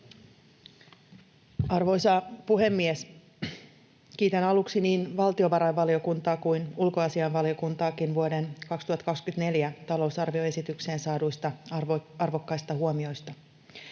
Arvoisa puhemies! Kiitän aluksi niin valtiovarainvaliokuntaa kuin ulkoasiainvaliokuntaakin vuoden 2024 talousarvioesitykseen saaduista arvokkaista huomioista.